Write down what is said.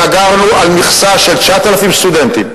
סגרנו על מכסה של 9,000 סטודנטים,